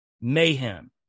mayhem